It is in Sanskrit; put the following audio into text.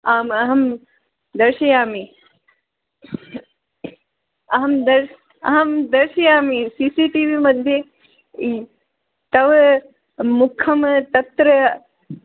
आम् अहं दर्शयामि अहं दर्श् अहं दर्शयामि सि सि टि वि मध्ये तव मुखं तत्र